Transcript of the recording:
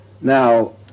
Now